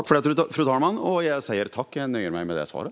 Fru talman! Jag tackar så mycket och nöjer mig med det svaret.